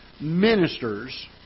ministers